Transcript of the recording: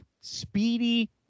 speedy